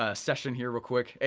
ah session here real quick.